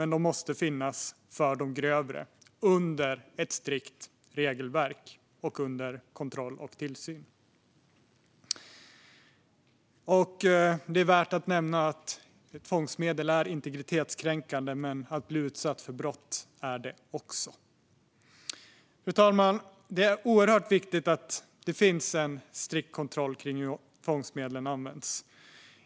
Men de måste finnas för de grövre, under ett strikt regelverk och under kontroll och tillsyn. Det är värt att nämna att tvångsmedel är integritetskränkande, men att bli utsatt för brott är det också. Fru talman! Det är oerhört viktigt att det finns en strikt kontroll kring hur tvångsmedlen används.